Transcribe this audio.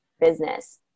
business